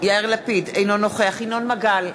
אינו נוכח ינון מגל,